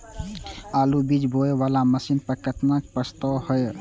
आलु बीज बोये वाला मशीन पर केतना के प्रस्ताव हय?